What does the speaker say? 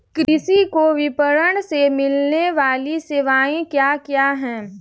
कृषि को विपणन से मिलने वाली सेवाएँ क्या क्या है